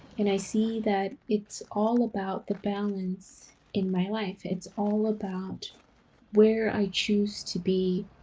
and i see that it's all about the balance in my life, it's all about where i choose to be,